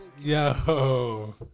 Yo